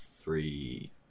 three